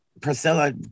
Priscilla